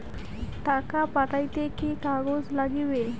টাকা পাঠাইতে কি কাগজ নাগীবে?